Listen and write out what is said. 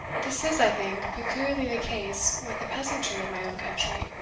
this is, i think, peculiarly the case with the peasantry of my own country,